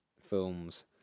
films